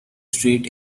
street